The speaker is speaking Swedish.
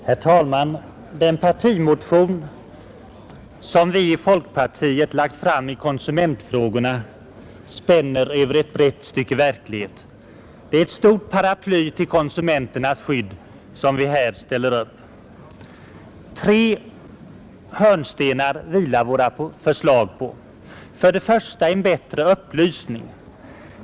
Herr talman! Den partimotion som vi i folkpartiet lagt fram i konsumentfrågorna spänner över ett brett stycke verklighet. Det är ett stort paraply till konsumenternas skydd som vi där spänner upp. Tre hörnstenar vilar våra förslag på: För det första en bättre upplysning.